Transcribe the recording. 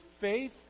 faith